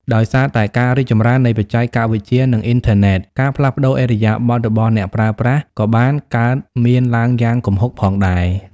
ដោយសារតែការរីកចម្រើននៃបច្ចេកវិទ្យា និងអ៊ីនធឺណិត ការផ្លាស់ប្ដូរឥរិយាបថរបស់អ្នកប្រើប្រាស់ ក៏បានកើតមានឡើងយ៉ាងគំហុកផងដែរ។